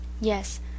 Yes